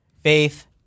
Faith